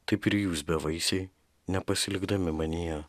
taip ir jūs bevaisiai nepasilikdami manyje